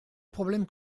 problème